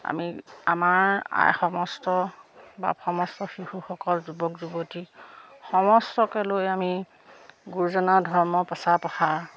আমি আমাৰ আই সমস্ত বা সমস্ত শিশুসকল যুৱক যুৱতী সমস্তকে লৈ আমি গুৰুজনাৰ ধৰ্মৰ প্ৰচাৰ প্ৰসাৰ